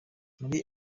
muri